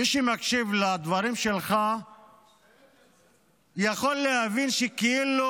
מי שמקשיב לדברים שלך יכול להבין שכאילו